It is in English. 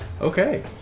okay